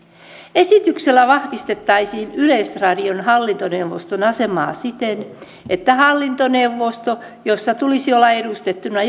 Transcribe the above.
esityksellä vahvistettaisiin yleisradion hallintoneuvoston asemaa siten että hallintoneuvosto jossa tulisi olla edustettuna